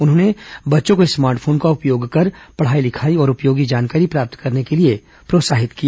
उन्होंने बच्चों को स्मार्ट फोन का उपयोग कर पढ़ाई लिखाई और उपयोगी जानकारी प्राप्त करने के लिए प्रोत्साहित किया